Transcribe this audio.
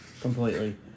Completely